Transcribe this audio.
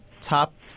top